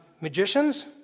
Magicians